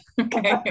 Okay